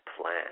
plan